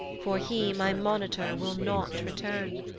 for he my monitor will not return.